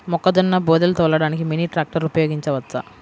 మొక్కజొన్న బోదెలు తోలడానికి మినీ ట్రాక్టర్ ఉపయోగించవచ్చా?